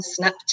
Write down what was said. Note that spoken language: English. Snapchat